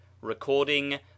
Recording